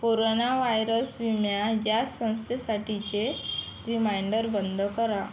corona virus विमा या संस्थेसाठीचे रिमाइंडर बंद करा